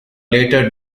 later